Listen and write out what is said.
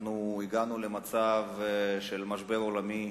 אנחנו הגענו למצב של משבר עולמי,